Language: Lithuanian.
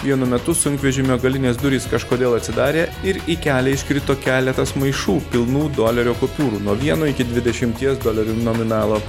vienu metu sunkvežimio galinės durys kažkodėl atsidarė ir į kelią iškrito keletas maišų pilnų dolerio kupiūrų nuo vieno iki dvidešimties dolerių nominalo